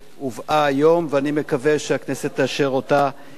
ואני מקווה שהכנסת תאשר אותה פה אחד,